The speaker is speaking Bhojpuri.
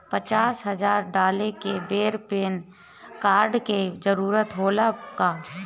पचास हजार डाले के बेर पैन कार्ड के जरूरत होला का?